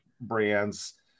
brands